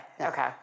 Okay